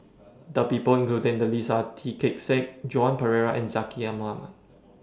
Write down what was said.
The People included in The list Are Tan Kee Sek Joan Pereira and Zaqy Mohamad